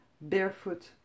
barefoot